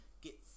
get